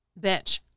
bitch